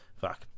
Fuck